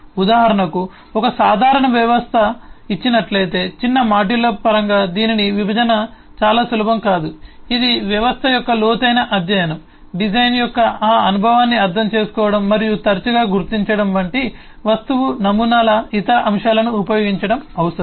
ఉదాహరణకు ఒక సాధారణ వ్యవస్థ ఇచ్చినట్లయితే చిన్న మాడ్యూళ్ళ పరంగా దీనిని విభజన చాలా సులభం కాదు ఇది వ్యవస్థ యొక్క లోతైన అధ్యయనం డిజైన్ యొక్క ఆ అనుభవాన్ని అర్థం చేసుకోవడం మరియు తరచుగా గుర్తించడం వంటి వస్తువు నమూనాల ఇతర అంశాలను ఉపయోగించడం అవసరం